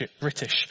British